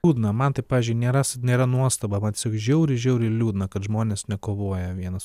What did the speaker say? liūdna man tai pavyzdžiui nėra nėra nuostaba man tiesiog žiauriai žiauriai liūdna kad žmonės nekovoja vienas